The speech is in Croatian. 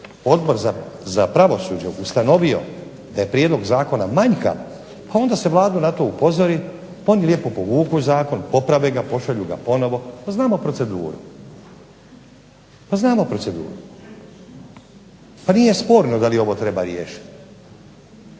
Odbor za pravosuđe ustanovio da je prijedlog zakona manjkav, pa onda se Vladu na to upozori, pa oni lijepo povuku zakon, poprave ga, pošalju ga ponovno, pa znamo proceduru, pa nije sporno da li ovo treba riješiti,